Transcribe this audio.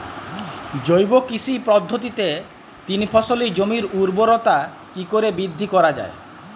জৈব কৃষি পদ্ধতিতে তিন ফসলী জমির ঊর্বরতা কি করে বৃদ্ধি করা য়ায়?